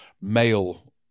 male